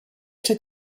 took